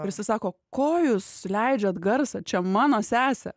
ir jisai sako ko jūs leidžiat garsą čia mano sesė